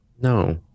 No